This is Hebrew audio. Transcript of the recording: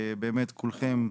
באמת כולכם.